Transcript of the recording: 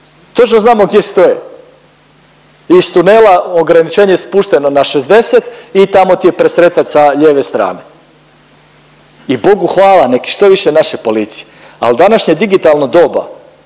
Točno znamo gdje stoje i iz tunela ograničenje je spušteno na 60 i tamo ti je presretač sa lijeve strane. I Bogu hvala nek je što više naše policije, al današnje digitalno doba,